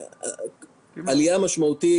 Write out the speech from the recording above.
יש עלייה משמעותית.